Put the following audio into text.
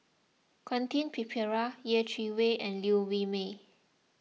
Quentin Pereira Yeh Chi Wei and Liew Wee Mee